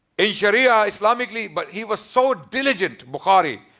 in sharia islamicly. but he was so diligent, bukhari,